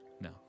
No